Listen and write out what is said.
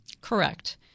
Correct